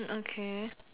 okay